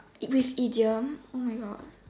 which idiom oh my God